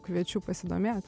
kviečiu pasidomėt